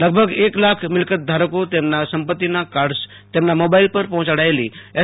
લગભગ એક લાખ મિલકતધારકો તેમના સંપત્તિના કાર્ડસ તેમના મોબાઈલ ફોન પર પર્હોચાડાયેલી એસ